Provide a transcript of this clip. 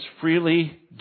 freely